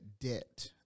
debt